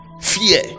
fear